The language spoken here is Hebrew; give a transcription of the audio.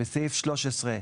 בסעיף 13,